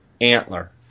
antler